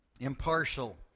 impartial